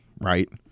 Right